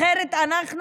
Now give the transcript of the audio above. אחרת אנחנו,